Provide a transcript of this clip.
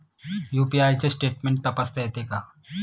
UPI चे statement तपासता येते का?